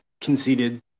conceded